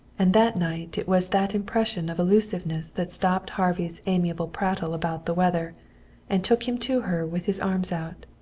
and that night it was that impression of elusiveness that stopped harvey's amiable prattle about the weather and took him to her with his arms out.